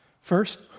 First